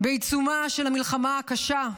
בעיצומה של המלחמה הקשה,